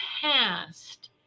past